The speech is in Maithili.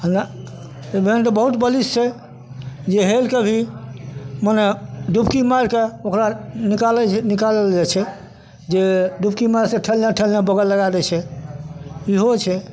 हमे शिबेन तऽ बहुत बलिष्ठ छै जे हेलिके भी मने डुबकी मारिके ओकरा निकालै छै निकालल जाइ छै जे डुबकी मारिके ठेलने ठेलने बगल लगै दै छै इहो होइ छै